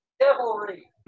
devilry